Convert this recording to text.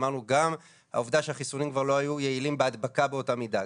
ואמרנו שגם העובדה שהחיסונים כבר לא היו יעילים בהדבקה באותה מידה,